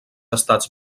estats